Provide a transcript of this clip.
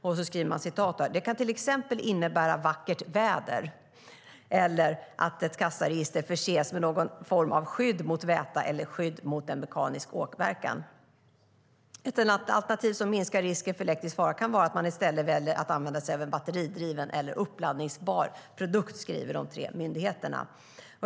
De skriver: "Detta kan t.ex. innebära vackert väder eller att ett kassaregister förses med någon form av skydd mot väta och skydd mot mekanisk åverkan. Ett alternativ som minskar risken för elektrisk fara kan vara att man istället väljer att använda sig av sig en batteridriven och/eller uppladdningsbar produkt." Detta skriver alltså de tre myndigheterna.